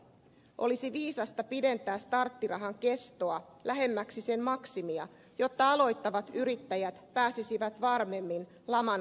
olisi viisasta pidentää starttirahan kestoa lähemmäksi sen maksimia jotta aloittavat yrittäjät pääsisivät varmemmin laman kuolemankuilun yli